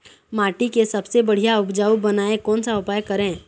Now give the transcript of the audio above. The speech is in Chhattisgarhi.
माटी के सबसे बढ़िया उपजाऊ बनाए कोन सा उपाय करें?